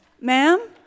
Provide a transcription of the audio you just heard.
Ma'am